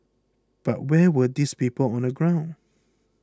but where were these people on the ground